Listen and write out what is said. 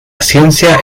ciencia